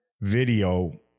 video